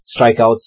strikeouts